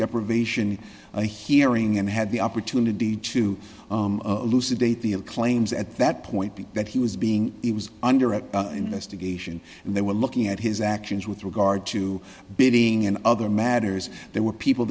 deprivation a hearing and had the opportunity to lose a date the ill claims at that point be that he was being it was under an investigation and they were looking at his actions with regard to building and other matters there were people